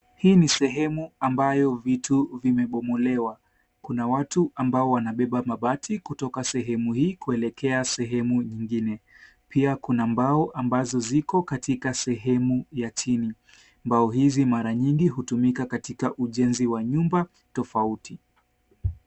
Hii ni sehemu ambayo vitu vimebomolewa, kuna watu ambao wanabeba mabati kutoka sehemu hii kuelekea sehemu nyingine. Pia kuna mbao ambazo ziko katika sehemu ya chini. Mbao hizi mara nyingi hutumika katika ujenzi wa nyumba tofauti.